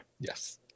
Yes